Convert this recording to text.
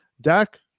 Dak